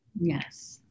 Yes